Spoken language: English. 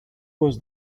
was